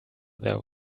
there